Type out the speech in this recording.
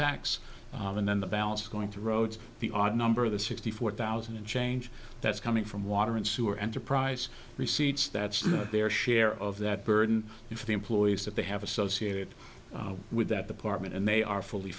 tax and then the balance is going to roads the odd number of the sixty four thousand and change that's coming from water and sewer enterprise receipts that's not their share of that burden for the employees that they have associated with that the partment and they are fully